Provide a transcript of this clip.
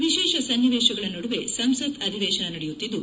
ವಿಶೇಷ ಸನ್ನಿವೇಶಗಳ ನಡುವೆ ಸಂಸತ್ ಅಧಿವೇಶನ ನಡೆಯುತ್ತಿದ್ದು